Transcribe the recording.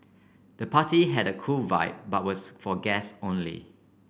the party had a cool vibe but was for guests only